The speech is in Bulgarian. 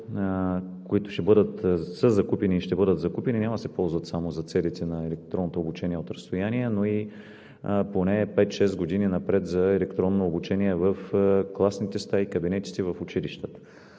които са закупени и ще бъдат закупени, няма да се ползват само за целите на електронното обучение от разстояние, но и поне 5 – 6 години напред за електронно обучение в класните стаи, кабинетите в училищата.